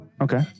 Okay